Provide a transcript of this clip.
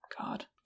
god